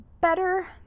better